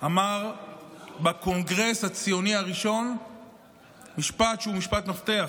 אמר בקונגרס הציוני הראשון משפט שהוא משפט מפתח,